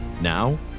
now